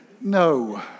No